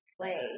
play